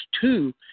two